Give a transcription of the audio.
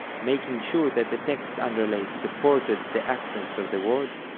making sure that the text underlay supported the accents of the words,